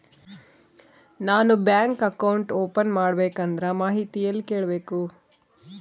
ನಾನು bank account open ಮಾಡಬೇಕಂದ್ರ ಮಾಹಿತಿ ಎಲ್ಲಿ ಕೇಳಬೇಕು?